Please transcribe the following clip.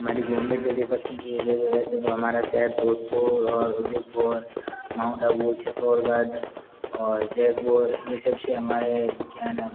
हमारे घूमने के लिए पसंदीदा जगह वैसे तो हमारा शहर जोधपुर और उदयपुर माउंट आबू चित्तौड़गढ़ और जयपुर ये सबसे हमारे क्या है न